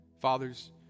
Fathers